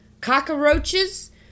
cockroaches